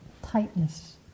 Tightness